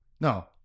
No